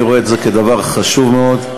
אני רואה את זה כדבר חשוב מאוד,